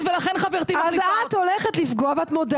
ולכן חברתי --- את הולכת לפגוע ואת מודה